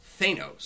Thanos